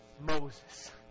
Moses